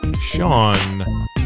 sean